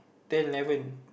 ten eleven